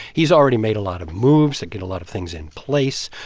he's already made a lot of moves to get a lot of things in place,